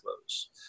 close